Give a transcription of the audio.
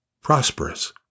prosperous